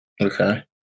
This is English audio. Okay